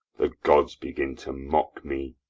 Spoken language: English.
the gods begin to mock me.